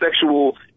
sexual